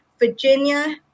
Virginia